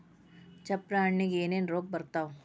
ಚಪ್ರ ಹಣ್ಣಿಗೆ ಏನೇನ್ ರೋಗ ಬರ್ತಾವ?